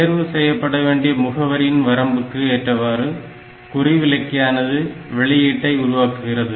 தேர்வு செய்யப்படவேண்டிய முகவரியின் வரம்புக்கு ஏற்றவாறு குறிவிலக்கியானது வெளியீட்டை உருவாக்குகிறது